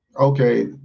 Okay